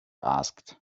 asked